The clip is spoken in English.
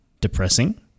depressing